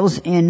ls in